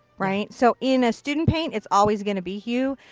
right. so in a student paint it's always going to be hue,